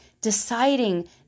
deciding